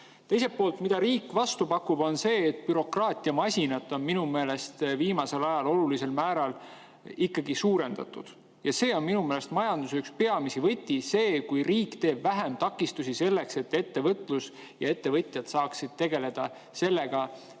Teiselt poolt, mida riik vastu pakub, on see, et bürokraatiamasinat on minu meelest viimasel ajal olulisel määral ikkagi suurendatud. Minu meelest majanduse üks peamine võti on see, kui riik teeb vähem takistusi ning ettevõtlus ja ettevõtjad saavad tegeleda sellega,